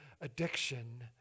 addiction